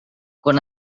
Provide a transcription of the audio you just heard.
quan